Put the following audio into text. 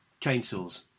chainsaws